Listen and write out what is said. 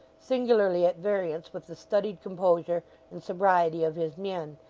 singularly at variance with the studied composure and sobriety of his mien,